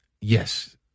Yes